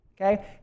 okay